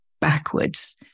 backwards